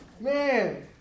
Man